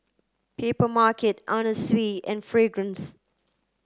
Papermarket Anna Sui and Fragrance